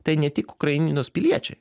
tai ne tik ukrainos piliečiai